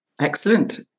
excellent